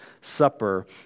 Supper